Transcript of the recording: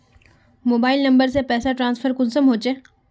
Mobile number से पैसा transfer कुंसम होचे?